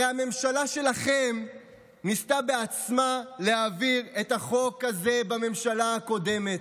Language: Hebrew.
הרי הממשלה שלכם ניסתה בעצמה להעביר את החוק הזה בממשלה הקודמת,